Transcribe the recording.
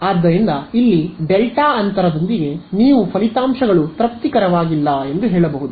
ಆದ್ದರಿಂದ ಇಲ್ಲಿ ಡೆಲ್ಟಾ ಅಂತರದೊಂದಿಗೆ ನೀವು ಫಲಿತಾಂಶಗಳು ತೃಪ್ತಿಕರವಾಗಿಲ್ಲ ಎಂದು ಹೇಳಬಹುದು